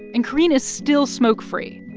and carine is still smoke-free.